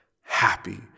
happy